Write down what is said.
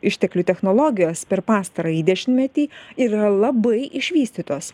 išteklių technologijos per pastarąjį dešimtmetį yra labai išvystytos